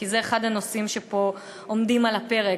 כי זה אחד הנושאים שעומדים פה על הפרק,